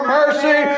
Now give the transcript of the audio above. mercy